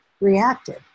reacted